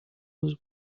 was